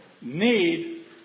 need